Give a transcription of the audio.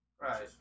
Right